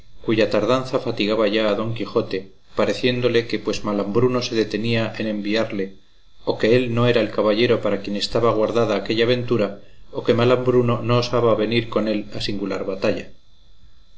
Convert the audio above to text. cuya tardanza fatigaba ya a don quijote pareciéndole que pues malambruno se detenía en enviarle o que él no era el caballero para quien estaba guardada aquella aventura o que malambruno no osaba venir con él a singular batalla